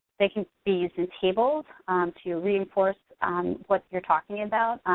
they can see some tables to reinforce what you're talking about.